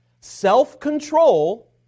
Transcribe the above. Self-control